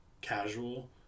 casual